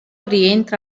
rientra